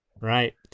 Right